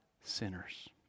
sinners